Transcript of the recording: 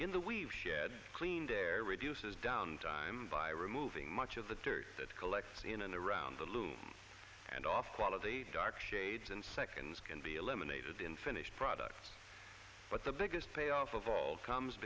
in the we've cleaned air reduces down time by removing much of the dirt that collects in and around the loom and off quality dark shades and seconds can be eliminated in finished products but the biggest payoff of all comes